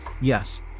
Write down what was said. Yes